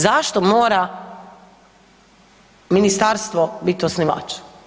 Zašto mora ministarstvo bit osnivač?